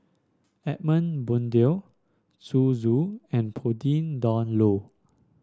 Edmund Blundell Zhu Xu and Pauline Dawn Loh